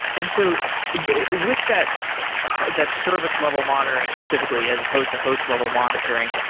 and so but with that that service-level monitoring specifically, as opposed to host-level monitoring,